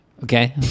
Okay